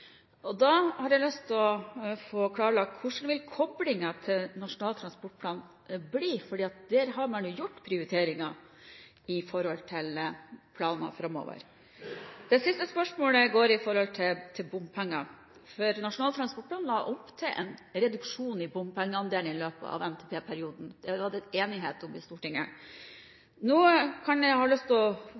prioriteringsansvar. Da har jeg lyst til å få klarlagt hvordan koblingen til Nasjonal transportplan vil bli, for der har man jo gjort prioriteringer i forhold til planer framover. Det siste spørsmålet går på bompenger. Nasjonal transportplan la opp til en reduksjon i bompengeandelen i løpet av NTP-perioden. Det var det enighet om i Stortinget. Jeg har lyst til å